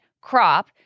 crop